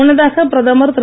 முன்னதாக பிரதமர் திரு